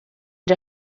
der